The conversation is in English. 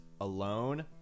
alone